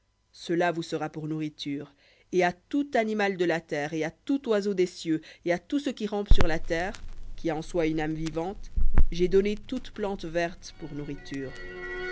semence vous sera pour nourriture et à tout animal de la terre et à tout oiseau des cieux et à tout ce qui rampe sur la terre qui a en soi une âme vivante toute plante verte pour nourriture